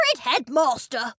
Headmaster